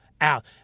out